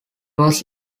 was